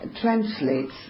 translates